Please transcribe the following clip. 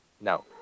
No